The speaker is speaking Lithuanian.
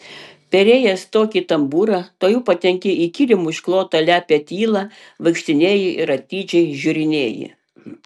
perėjęs tokį tambūrą tuojau patenki į kilimu išklotą lepią tylą vaikštinėji ir atidžiai žiūrinėji